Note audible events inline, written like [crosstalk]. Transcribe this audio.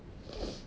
[noise]